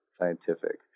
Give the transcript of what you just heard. scientific